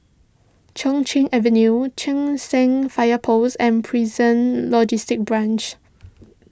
Chai Chee Avenue Cheng San Fire Post and Prison Logistic Branch